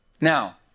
Now